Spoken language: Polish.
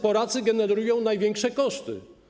Polacy generują największe koszty.